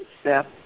step